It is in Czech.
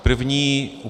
První.